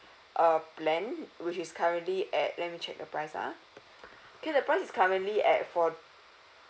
uh plan which is currently at let me check the price ah okay the price is currently at fort~